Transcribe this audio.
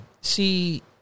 see